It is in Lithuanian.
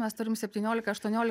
mes turim septyniolika aštuonioli